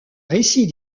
récit